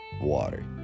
water